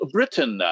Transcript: Britain